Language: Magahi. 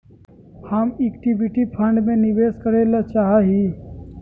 हम इक्विटी फंड में निवेश करे ला चाहा हीयी